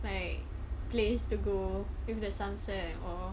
like place to go with the sunset or